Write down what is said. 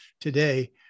today